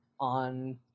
on